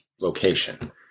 location